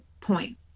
point